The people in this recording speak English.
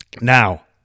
now